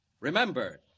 Remember